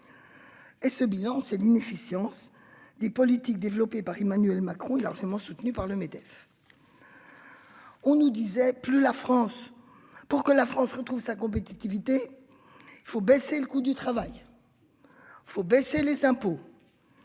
Et ce bilan c'est l'inefficience. Des politiques développées par Emmanuel Macron est largement soutenu par le MEDEF. On nous disait plus la France pour que la France retrouve sa compétitivité. Il faut baisser le coût du travail. Faut baisser les impôts.